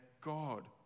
God